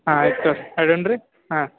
ಹಾಂ ಆಯ್ತು ತೊಗೊರಿ ಇಡೋಣ್ರೀ ಹಾಂ